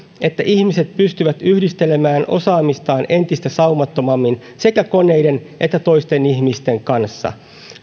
että ihmiset pystyvät yhdistelemään osaamistaan entistä saumattomammin sekä koneiden että toisten ihmisten kanssa